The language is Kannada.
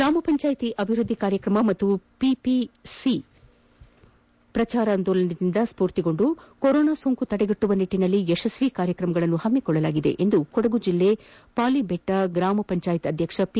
ಗ್ರಾಮ ಪಂಚಾಯತ್ ಅಭಿವೃದ್ದಿ ಕಾರ್ಯಕ್ರಮ ಮತ್ತು ಪಿಪಿಸಿ ಪ್ರಜಾರಾಂದೋಲನದಿಂದ ಸ್ಪೂರ್ತಿಗೊಂಡು ಕೊರೋನಾ ಸೋಂಕು ತಡೆಗಟ್ಲುವ ನಿಟ್ಲಿನಲ್ಲಿ ಯಶಸ್ತಿ ಕಾರ್ಯಕ್ರಮಗಳನ್ನು ಪಾಕಿಕೊಳ್ಳಲಾಗಿದೆ ಎಂದು ಕೊಡಗು ಜಿಲ್ಲೆಯ ಪೊಲಿಬೆಟ್ಟ ಗ್ರಾಮ ಪಂಚಾಯತ್ ಅಧ್ಯಕ್ಷ ಪಿ